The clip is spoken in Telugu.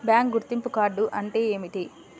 బ్యాంకు గుర్తింపు కార్డు అంటే ఏమిటి?